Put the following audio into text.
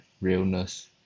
realness